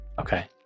Okay